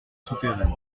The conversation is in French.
souterraine